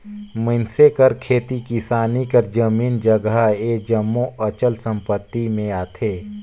मइनसे कर खेती किसानी कर जमीन जगहा ए जम्मो अचल संपत्ति में आथे